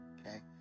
okay